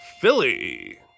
Philly